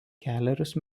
kelerius